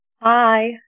Hi